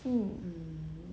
um